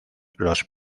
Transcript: los